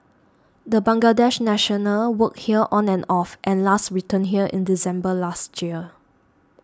the Bangladesh national worked here on and off and last returned here in December last year